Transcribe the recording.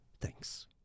Thanks